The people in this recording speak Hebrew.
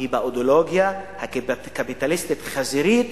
היא באידיאולוגיה הקפיטליסטית החזירית,